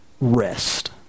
rest